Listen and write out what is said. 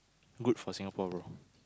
good for Singapore bro